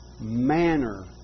manner